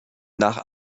nach